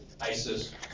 ISIS